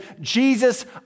Jesus